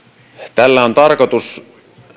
tällä on tarkoitus